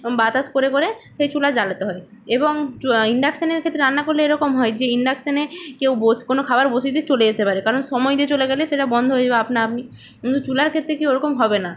বাতাস করে করে সেই চুলা জ্বালাতে হয় এবং চু ইন্ডাকশানের ক্ষেত্রে রান্না করলে এরকম হয় যে ইন্ডাকশানে কেউ বোস কোনো খাবার বসিয়ে দিয়ে চলে যেতে পারে কারণ সময় দিয়ে চলে গেলে সেটা বন্ধ হয়ে যাবে আপনা আপনি কিন্তু চুলার ক্ষেত্রে কি ওরকম হবে না